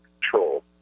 control